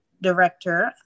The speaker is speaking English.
director